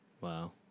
Wow